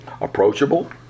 Approachable